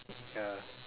ya